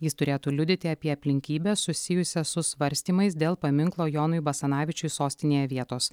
jis turėtų liudyti apie aplinkybes susijusias su svarstymais dėl paminklo jonui basanavičiui sostinėje vietos